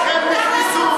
מי הכניס את המסתננים?